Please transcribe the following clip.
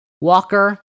Walker